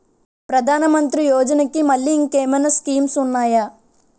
ప్రధాన మంత్రి యోజన కి మల్లె ఇంకేమైనా స్కీమ్స్ ఉన్నాయా?